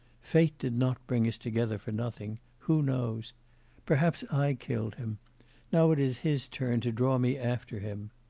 fate did not bring us together for nothing who knows perhaps i killed him now it is his turn to draw me after him.